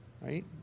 Right